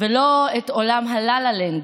ולא את עולם הלה-לה-לנד